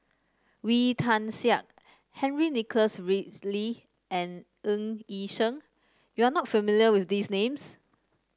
Wee Tian Siak Henry Nicholas Ridley and Ng Yi Sheng you are not familiar with these names